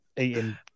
eating